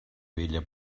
bella